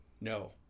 No